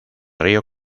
río